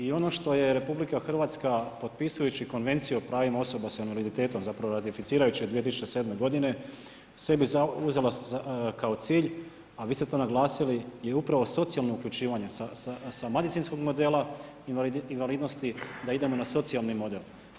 I ono što RH potpisujući Konvenciju o pravima osoba s invaliditetom zapravo ratificirajući je 2007. godine sebi uzela kao cilj, a vi ste to naglasili, je upravo socijalno uključivanja sa medicinskog modela invalidnosti da idemo na socijalni model.